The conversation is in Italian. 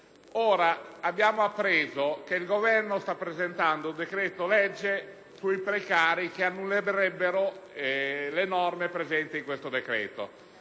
Abbiamo appreso ora che il Governo sta presentando un decreto-legge sui precari, che annullerebbe le norme presenti nel suddetto